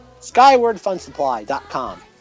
SkywardFunSupply.com